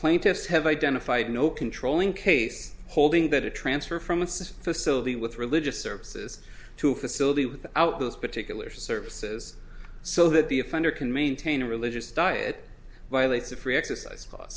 plaintiffs have identified no controlling case holding that a transfer from a system facility with religious services to a facility without those particular services so that the offender can maintain a religious diet violates the free exercise